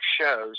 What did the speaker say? shows